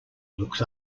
looks